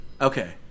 Okay